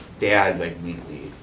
dad like weekly.